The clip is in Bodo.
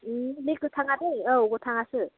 बै गोथाङा दै औ गोथाङासो